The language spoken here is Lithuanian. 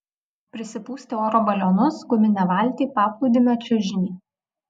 prisipūsti oro balionus guminę valtį paplūdimio čiužinį